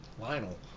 Lionel